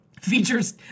features